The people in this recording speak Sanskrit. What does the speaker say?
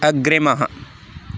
अग्रिमः